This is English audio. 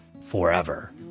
forever